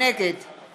נגד מאיר